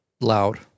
loud